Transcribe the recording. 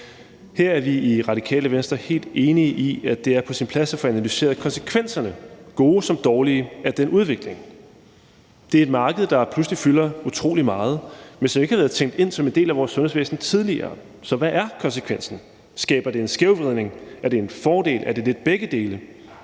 Her er vi i Radikale Venstre helt enige i, at det er på sin plads at få analyseret konsekvenserne, gode som dårlige, af den udvikling. Det er et marked, der pludselig fylder utrolig meget, men som ikke har været tænkt ind som en del af vores sundhedsvæsen tidligere, så hvad er konsekvensen? Skaber det en skævvridning? Er det en fordel? Er det lidt begge dele?